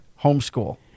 homeschool